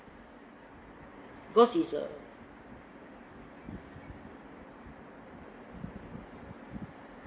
because it's a